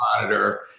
monitor